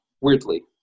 weirdly